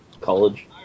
College